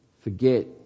forget